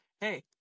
Hey